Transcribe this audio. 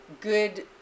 good